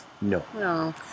No